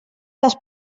les